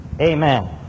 Amen